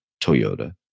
Toyota